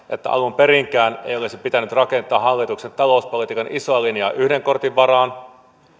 että alun perinkään ei olisi pitänyt rakentaa hallituksen talouspolitiikan isoa linjaa yhden kortin varaan